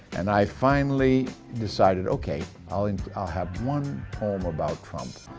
and i finally decided, okay, i'll and i'll have one poem about trump,